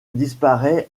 disparaît